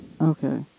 Okay